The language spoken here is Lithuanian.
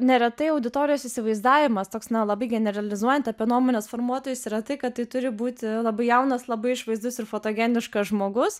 neretai auditorijos įsivaizdavimas toks na labai generalizuojant apie nuomonės formuotojus yra tai kad tai turi būti labai jaunas labai išvaizdus ir fotogeniškas žmogus